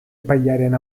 epailearen